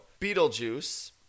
Beetlejuice